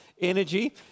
energy